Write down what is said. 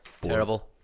Terrible